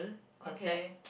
okay